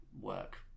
work